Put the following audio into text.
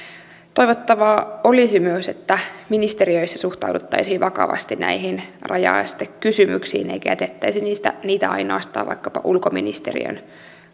toivottavaa olisi myös että ministeriöissä suhtauduttaisiin vakavasti näihin rajaestekysymyksiin eikä jätettäisi niitä ainoastaan vaikkapa ulkoministeriön